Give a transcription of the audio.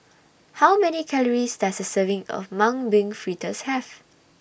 How Many Calories Does A Serving of Mung Bean Fritters Have